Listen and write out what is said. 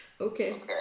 Okay